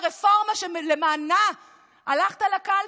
הרפורמה שלמענה הלכת לקלפי,